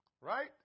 right